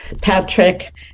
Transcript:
Patrick